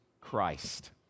Christ